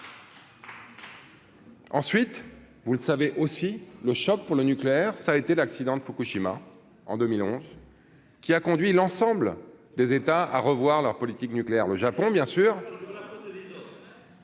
Ensuite, vous le savez aussi le choc pour le nucléaire, ça a été l'accident de Fukushima en 2011 qui a conduit l'ensemble des États à revoir leur politique nucléaire: le Japon bien sûr.